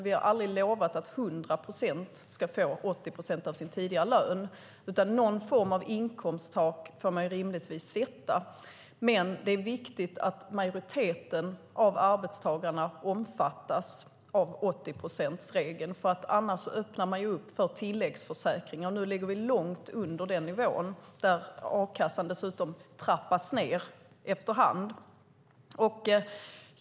Vi har aldrig lovat att 100 procent av löntagarna ska få 80 procent av den tidigare lönen. Någon form av inkomsttak får man rimligtvis sätta, men det är viktigt att en majoritet av arbetstagarna omfattas av 80-procentsregeln; annars öppnar man för tilläggsförsäkringar. Nu ligger vi långt under den nivån. Dessutom trappas a-kassan efter hand ned.